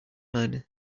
man